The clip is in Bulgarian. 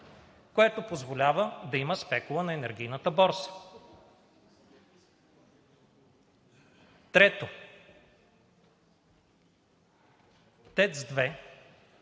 което позволява да има спекула на енергийната борса. Четвърто. ТЕЦ